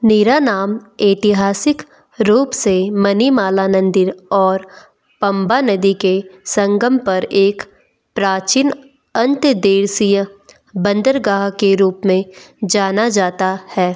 निरानाम ऐतिहासिक रूप से मणिमाला नंदी और पंबा नदी के संगम पर एक प्राचीन अंतदेर्शीय बंदरगाह के रूप में जाना जाता है